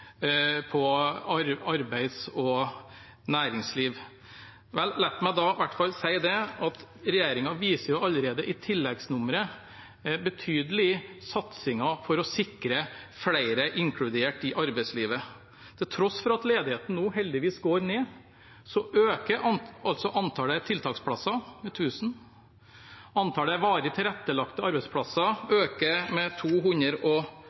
arbeids- og næringsliv: Vel, la meg da i hvert fall si at regjeringen allerede i tilleggsnummeret viser betydelige satsinger for å sikre flere inkludert i arbeidslivet. Til tross for at ledigheten nå heldigvis går ned, så øker antallet tiltaksplasser med 1 000. Antallet varig tilrettelagte arbeidsplasser øker med 250. Vi styrker arbeidet for å få flere innvandrerkvinner inn i arbeid, og